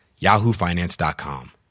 yahoofinance.com